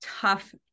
tough